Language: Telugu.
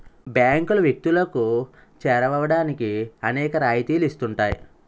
బ్యాంకులు వ్యక్తులకు చేరువవడానికి అనేక రాయితీలు ఇస్తుంటాయి